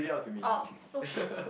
oh oh shit